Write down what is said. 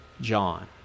John